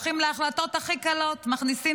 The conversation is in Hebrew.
הולכים על ההחלטות הכי קלות: מכניסים